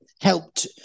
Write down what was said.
helped